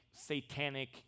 satanic